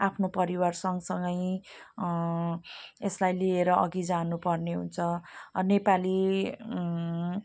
मैले आफ्नो परिवार सँगसँगै एसलाई लिएर अघि जानुपर्ने हुन्छ नेपाली